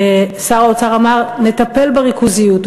ששר האוצר אמר, נטפל בריכוזיות.